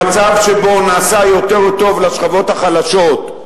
במצב שבו נעשה יותר טוב לשכבות החלשות,